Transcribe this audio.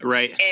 Right